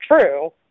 true